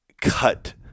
cut